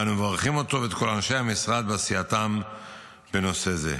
ואנו מברכים אותו ואת כל אנשי המשרד בעשייתם בנושא זה.